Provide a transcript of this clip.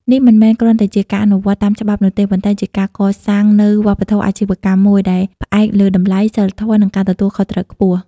នេះមិនមែនគ្រាន់តែជាការអនុវត្តតាមច្បាប់នោះទេ ប៉ុន្តែជាការកសាងនូវវប្បធម៌អាជីវកម្មមួយដែលផ្អែកលើតម្លៃ សីលធម៌ និងការទទួលខុសត្រូវខ្ពស់ ។